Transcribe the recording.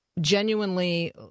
genuinely